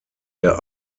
der